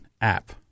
app